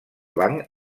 banc